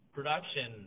production